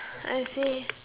I see